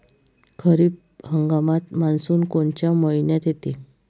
खरीप हंगामात मान्सून कोनच्या मइन्यात येते?